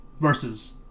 versus